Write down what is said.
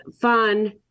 fun